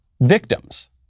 victims